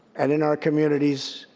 and in our communities.